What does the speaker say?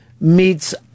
meets